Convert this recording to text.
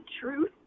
truth